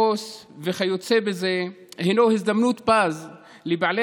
עובד סוציאלי וכיוצא בזה הוא הזדמנות פז לבעלי